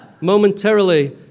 Momentarily